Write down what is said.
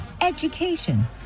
education